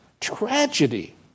tragedy